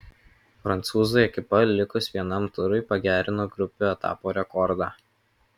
prancūzų ekipa likus vienam turui pagerino grupių etapo rekordą